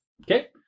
Okay